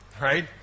right